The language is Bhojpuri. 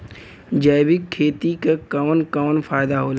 जैविक खेती क कवन कवन फायदा होला?